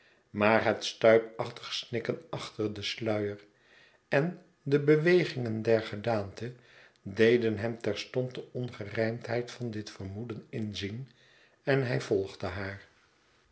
maar het stuipachtig snikken achter den sluier en de bewegingen der gedaante deden hem terstond de ongerijmdheid van dit vermoeden inzien en hij volgde haar